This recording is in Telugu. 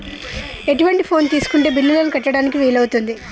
ఎటువంటి ఫోన్ తీసుకుంటే బిల్లులను కట్టడానికి వీలవుతది?